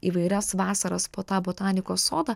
įvairias vasaras po tą botanikos sodą